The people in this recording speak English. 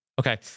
Okay